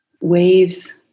waves